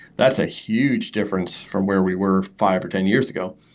that's a huge difference from where we were five or ten years ago.